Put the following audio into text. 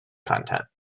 content